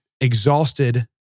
exhausted